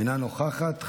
אינה נוכחת.